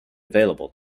available